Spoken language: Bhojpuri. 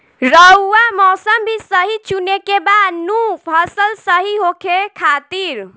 रऊआ मौसम भी सही चुने के बा नु फसल सही होखे खातिर